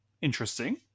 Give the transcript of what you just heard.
interesting